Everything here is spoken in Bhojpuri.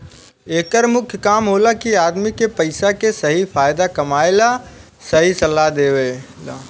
एकर मुख्य काम होला कि आदमी के पइसा के सही फायदा कमाए ला सही सलाह देवल